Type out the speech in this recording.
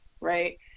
Right